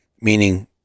meaning